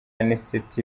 anicet